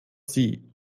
sie